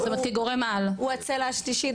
הוא הצלע השלישית,